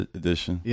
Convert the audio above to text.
edition